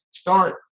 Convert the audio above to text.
start